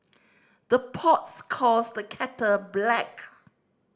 the pots calls the kettle black